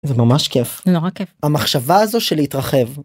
זה ממש כיף, נורא כיף, המחשבה הזו של להתרחב.